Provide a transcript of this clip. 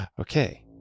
Okay